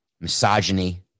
misogyny